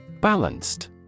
Balanced